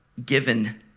given